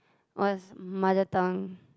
was mother tongue